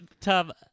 Tom